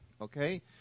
okay